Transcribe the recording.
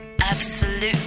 Absolute